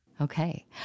Okay